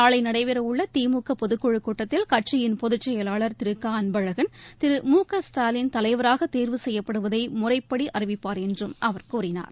நாளை நடைபெறவுள்ள திமுக பொதுக்குழுக் கூட்டத்தில் கட்சியின் பொதுச்செயலாளர் திரு க அன்பழகன் திரு மு க ஸ்டாலின் தலைவராக தோ்வு செய்யப்படுவதை முறைப்படி அறிவிப்பார் என்றும் அவர் கூறினார்